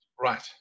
Right